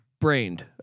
brained